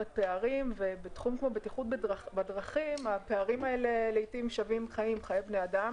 פערים ובתחום כמו בטיחות בדרכים הפערים האלה לעתים שווים חיי בני אדם.